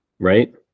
right